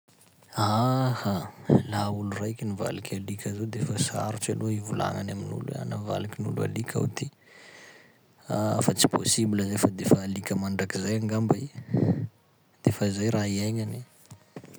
Ah ha! Laha olo raiky mivaliky alika zao de fa sarotry aloha ivolagnany amin'olo hoe ah navalikin'olo alika aho ty, fa tsy possible zay fa de fa alika mandrakizay angamba i, de fa zay raha iaignany e.